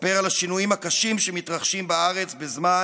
ולספר על השינויים הקשים שמתרחשים בארץ בזמן